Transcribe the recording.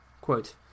quote